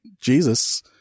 Jesus